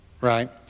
right